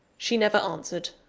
she never answered,